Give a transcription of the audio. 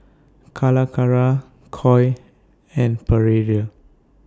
Calacara Koi and Perrier